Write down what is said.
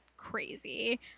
crazy